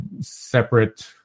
separate